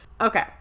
Okay